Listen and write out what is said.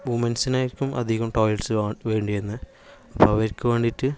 വുമൺസിനായിരിക്കും അധികം ടോയിലറ്റ്സ് വൊ വേണ്ടിവരുന്നത് അപ്പോൾ അവർക്ക് വേണ്ടിയിട്ട്